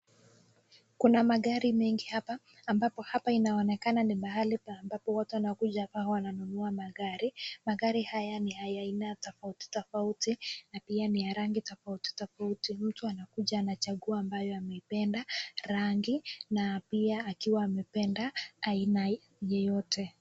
Kuna magari mengi hapa, ambapo hapa inaonekana ni mahali ambapo watu wanakuja hapa wananunua magari. Magari haya ni ya aina tofauti tofauti na pia ni ya rangi tofauti tofauti. Mtu anakuja anachangua ambayo ameipenda rangi na pia akiwa amependa aina yoyote.